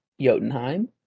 Jotunheim